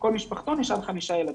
כשבכל משפחתון יש עד חמישה ילדים.